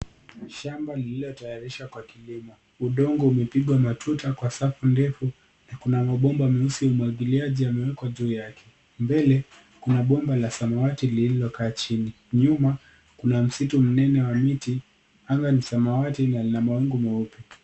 Shamba lililotayarishwa kwa kilimo. Udongo umepigwa matuta kwa safu ndefu na kuna mabomba meusi ya umwagiliaji yamewekwa juu yake, mbele kuna bomba la samawati lililokaa chini, nyuma msitu mnene wa miti, anga ni samawati na lina mawingu meupe.